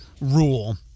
rule